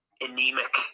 anemic